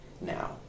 now